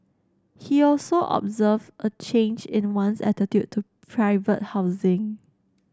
he also observed a change in one's attitude to private housing